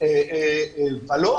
כי אם לא,